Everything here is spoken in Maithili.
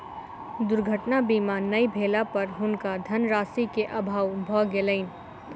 दुर्घटना बीमा नै भेला पर हुनका धनराशि के अभाव भ गेलैन